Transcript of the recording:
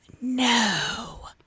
No